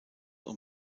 und